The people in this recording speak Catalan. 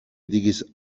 diguis